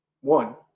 one